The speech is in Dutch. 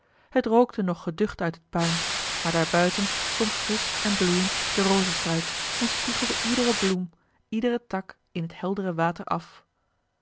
het rookte nog geducht uit het puin maar daar buiten stond frisch en bloeiend de rozestruik en spiegelde iedere bloem iederen tak in het heldere water af